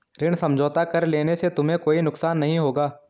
ऋण समझौता कर लेने से तुम्हें कोई नुकसान नहीं होगा